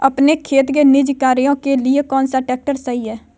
अपने खेती के निजी कार्यों के लिए कौन सा ट्रैक्टर सही है?